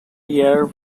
year